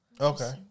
Okay